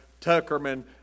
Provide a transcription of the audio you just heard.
Tuckerman